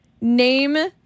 name